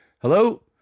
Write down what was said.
Hello